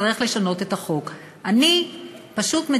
חבר הכנסת גפני, אתה צודק, זה לא